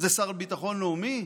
זה שר לביטחון לאומי?